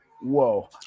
whoa